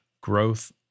growth